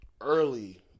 Early